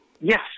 Yes